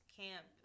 camp